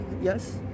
Yes